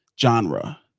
genre